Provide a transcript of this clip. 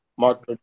Mark